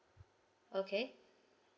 okay